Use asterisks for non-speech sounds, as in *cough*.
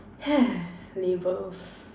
*noise* labels